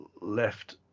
left